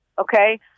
okay